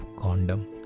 condom